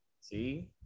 see